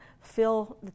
fill